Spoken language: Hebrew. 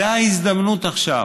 זו ההזדמנות עכשיו